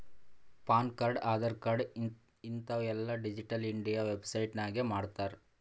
PAN card, Aadhaar card ಹಿಂತಾವ್ ಎಲ್ಲಾ digital India website ನಾಗೆ ಮಾಡ್ತಾರ್